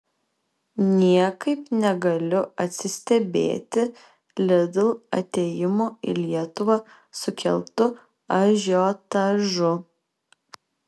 niekaip negaliu atsistebėti lidl atėjimo į lietuvą sukeltu ažiotažu